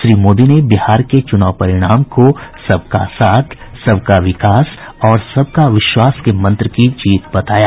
श्री मोदी ने बिहार के चुनाव परिणाम को सबका साथ सबका विकास और सबका विश्वास के मंत्र की जीत बताया